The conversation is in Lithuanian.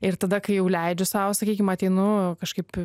ir tada kai jau leidžiu sau sakykim ateinu kažkaip